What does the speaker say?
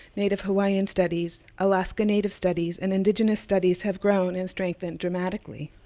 native hawaiian studies, alaskan native studies, and indigenous studies have grown and strengthened dramatically.